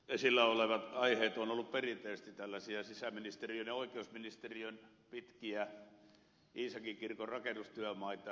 esillä olevat aiheet ovat olleet perinteisesti tällaisia sisäministeriön ja oikeusministeriön pitkiä iisakinkirkon rakennustyömaita